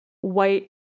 white